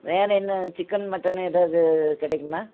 வேற என்ன chicken mutton எதாவது கிடைக்குமா